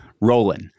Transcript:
rolling